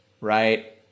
Right